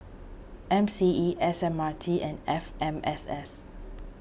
M C E S M R T and F M S S